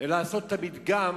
לעשות מדגם